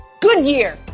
Goodyear